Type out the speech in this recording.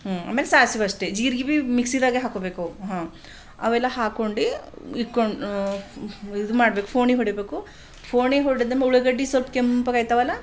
ಹ್ಞೂ ಆಮೇಲೆ ಸಾಸ್ವಿ ಅಷ್ಟೇ ಜೀರ್ಗೆ ಭೀ ಮಿಕ್ಸಿದಾಗ ಹಾಕೋಬೇಕು ಹಾಂ ಅವೆಲ್ಲ ಹಾಕೊಂಡು ಇಕ್ಕೊಂ ಇದು ಮಾಡ್ಬೇಕು ಫೋಣಿ ಹೊಡಿಬೇಕು ಫೋಣಿ ಹೊಡೆದ್ಮೇಲೆ ಉಳ್ಳಾಗಡ್ಡಿ ಸ್ವಲ್ಪ ಕೆಂಪಗೆ ಆಯ್ತವಲ್ಲ